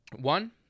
One